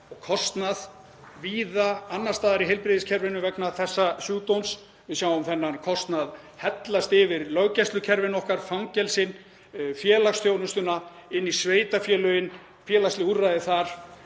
og kostnað víða annars staðar í heilbrigðiskerfinu vegna þessa sjúkdóms. Við sjáum þennan kostnað hellast yfir löggæslukerfin okkar, fangelsin, félagsþjónustuna, inn í sveitarfélögin, félagsleg úrræði þar.